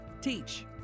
teach